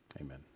amen